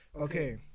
Okay